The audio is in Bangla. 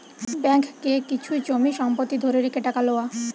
ব্যাঙ্ককে কিছু জমি সম্পত্তি ধরে রেখে টাকা লওয়া